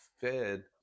fed